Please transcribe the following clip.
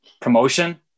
promotion